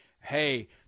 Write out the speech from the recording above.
hey